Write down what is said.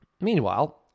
Meanwhile